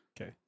Okay